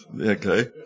Okay